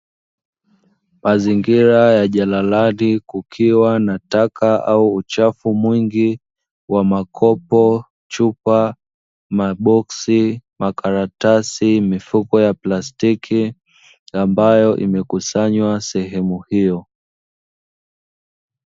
Mazingira ya jalalani kukiwa na taka au uchafu mwingi wa makopo, chupa, maboksi, makaratasi, mifuko ya plastiki ambayo imekusanywa sehemu hiyo.